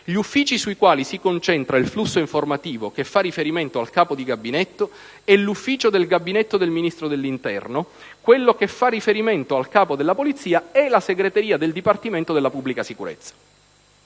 Gli uffici sui quali si concentra il flusso informativo che fa riferimento al Capo Gabinetto è l'ufficio di Gabinetto del Ministro dell'interno, quello che fa riferimento al Capo della Polizia è la segreteria del Dipartimento della pubblica sicurezza.